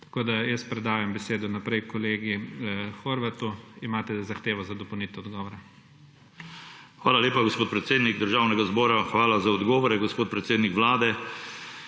Tako da jaz predajam besedo naprej kolegu Horvatu. Imate zahtevo za dopolnitev odgovora. **JOŽEF HORVAT (PS NSi):** Hvala lepa, gospod predsednik Državnega zbora. Hvala za odgovore, gospod predsednik Vlade.